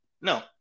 No